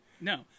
No